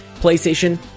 PlayStation